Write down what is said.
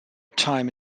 time